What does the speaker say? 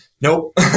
Nope